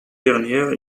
dernière